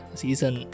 season